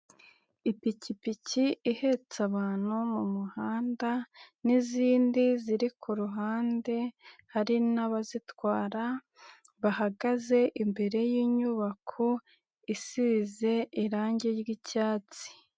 Ipikipiki ihetse abantu mu muhanda, n'izindi ziri ku ruhande, hari n'abazitwara, bahagaze imbere y'inyubako isize irangi ry'icyatsi.